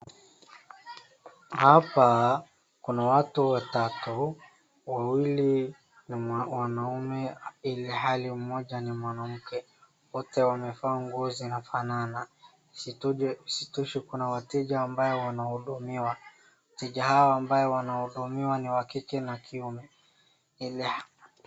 Hapa kuna watu watatu, wawili ni wanaume ilhali mmoja ni mwanamke, wote wamevaa nguo zinafanana, situshi kuna wateja ambao wanahudumiwa. Wateja hawa ambao wanahudumiwa ni wa kike na kiume.